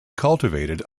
cultivated